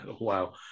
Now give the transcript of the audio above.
wow